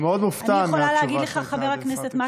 אני מאוד מופתע מהתשובה של שר התקשורת.